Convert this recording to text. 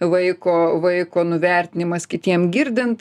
vaiko vaiko nuvertinimas kitiem girdint